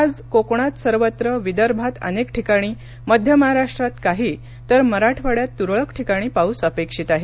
आज कोकणात सर्वत्र विदर्भात अनेक ठिकाणी मध्य महाराष्ट्रात काही तर मराठवाड्यात तुरळक ठिकाणी पाऊस अपेक्षित आहे